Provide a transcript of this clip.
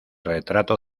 retrato